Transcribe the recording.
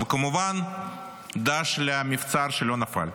וכמובן, ד"ש למבצר שלא נפל.